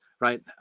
right